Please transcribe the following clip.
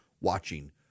watching